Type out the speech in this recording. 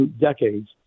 decades